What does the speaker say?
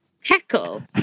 heckle